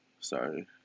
Sorry